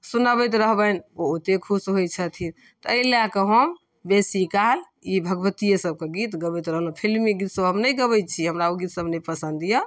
सुनऽबैत रहबनि ओ ओते खुश होइ छथिन तऽ अइ लए कऽ हम बेसी काल ई भगवतिये सबके गीत गबैत रहलहुँ फिल्मी गीत सब हम नहि गाबै छी हमरा ओ गीत सब नहि पसन्द यऽ